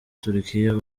turukiya